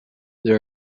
there